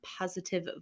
positive